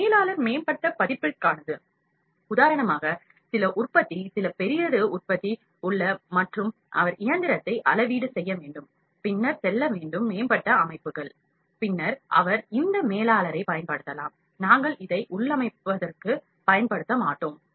மேலாளர் மேம்பட்ட பதிப்பிற்கானது உதாரணமாக சில உற்பத்தி சில பெரியது உற்பத்தி உள்ளது மற்றும் அவர் இயந்திரத்தை அளவீடு செய்ய வேண்டும் பின்னர் செல்ல வேண்டும் மேம்பட்ட அமைப்புகள் பின்னர் அவர் இந்த மேலாளரைப் பயன்படுத்தலாம் நாங்கள் இதை உள்ளமைவற்கு பயன்படுத்த மாட்டோம்